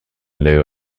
lieu